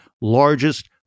largest